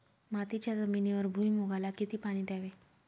मातीच्या जमिनीवर भुईमूगाला किती पाणी द्यावे?